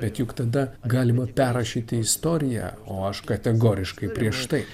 bet juk tada galima perrašyti istoriją o aš kategoriškai prieš tai